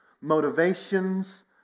motivations